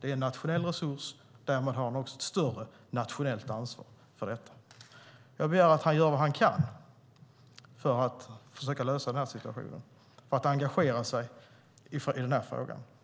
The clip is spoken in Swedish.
Det är en nationell resurs som man har ett större nationellt ansvar för. Jag begär att han gör vad han kan för att försöka lösa situationen och för att engagera sig i frågan.